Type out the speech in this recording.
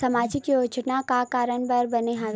सामाजिक योजना का कारण बर बने हवे?